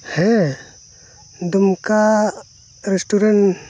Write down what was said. ᱦᱮᱸ ᱫᱩᱢᱠᱟ ᱨᱮᱥᱴᱩᱨᱮᱱᱴ